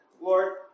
Lord